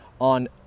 on